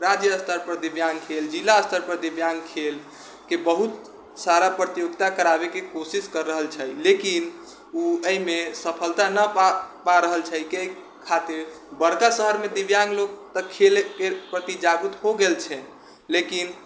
राज्य स्तर पर दिव्याङ्ग खेल जिला स्तर पर दिव्याङ्ग खेल के बहुत सारा प्रतियोगिता कराबै के कोशिश कर रहल छै लेकिन ओ एहि मे सफलता न पा रहल छै एहि खातिर बड़का शहर मे दिव्याङ्ग लोग तऽ खेल के प्रति जागरूक हो गेल छै लेकिन